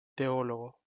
teólogo